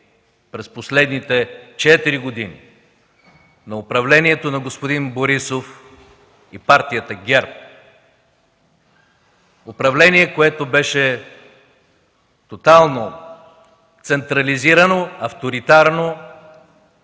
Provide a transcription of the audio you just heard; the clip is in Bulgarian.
през последните четири години на управлението на господин Борисов и партията ГЕРБ – управление, което беше тотално централизирано, авторитарно,